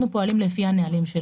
אנחנו פועלים לפי הנהלים.